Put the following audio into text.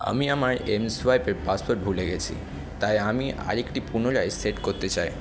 আমি আমার এমসোয়াইপের পাসওয়ার্ড ভুলে গেছি তাই আমি আরেকটি পুনরায় সেট করতে চাই